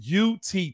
UT